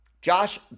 Josh